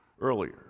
earlier